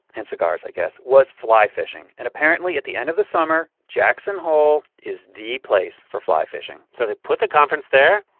and cigars, i guess, was fly-fishing. and apparently, at the end of the summer, jackson hole is the place for fly-fishing so they put the conference there.